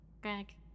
Greg